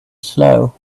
slow